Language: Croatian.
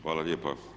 Hvala lijepa.